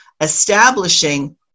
establishing